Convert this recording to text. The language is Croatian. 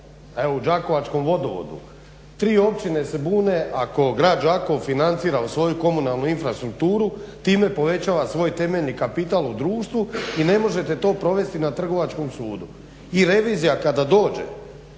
evo u Đakovačkom vodovodu, tri općine se bune ako Grad Đakovo financira u svoju komunalnu infrastrukturu, time povećava svoj temeljni kapital u društvu i ne možete to provesti na Trgovačkom sudu. I revizija kada dođe,